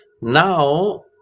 Now